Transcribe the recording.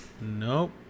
Nope